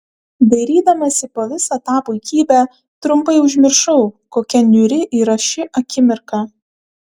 dairydamasi po visą tą puikybę trumpai užmiršau kokia niūri yra ši akimirka